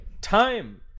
time